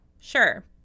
Sure